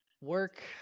work